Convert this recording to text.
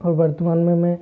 और वर्तमान में मैं